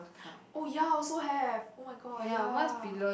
oh ya I also have oh-my-god ya